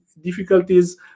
difficulties